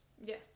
Yes